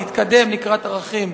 להתקדם לקראת ערכים.